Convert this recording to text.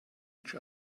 each